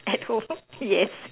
at home yes